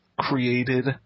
created